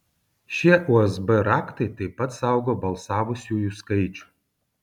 šie usb raktai taip pat saugo balsavusiųjų skaičių